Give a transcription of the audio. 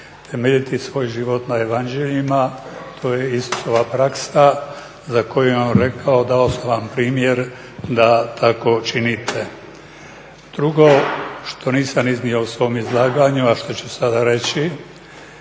temeljiti svoj život na evanđeljima, to je Isusova praksa za koju … rekao, dao sam vam primjer da tako činite. Drugo, što nisam iznio u svom izlaganju, a što ću sada reći,